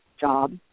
job